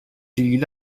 ilgili